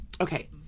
Okay